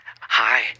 hi